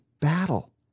battle